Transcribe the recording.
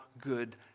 good